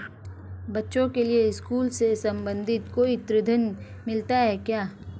बच्चों के लिए स्कूल से संबंधित कोई ऋण मिलता है क्या?